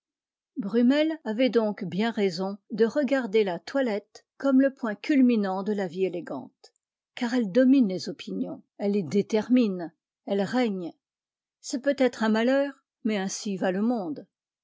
brummel avait donc bien raison de regarder la toilette comme le point culminant de la vie élégante car elle domine les opinions elle les détermine elle règne c'est peut-être un malheur mais ainsi va le monde